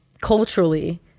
culturally